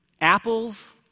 apples